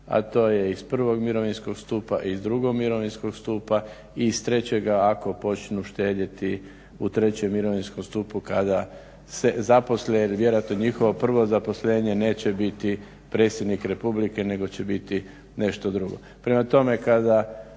a to je iz prvog mirovinskog stupa iz drugog mirovinskog stupa i iz trećega ako počnu štedjeti u trećem mirovinskom stupu kada se zaposle jer vjerojatno njihovo prvo zaposlenje neće biti predsjednik Republike nego će biti nešto drugo. Prema tome kada